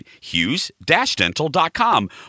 Hughes-Dental.com